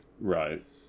right